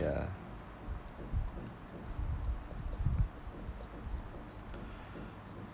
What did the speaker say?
ya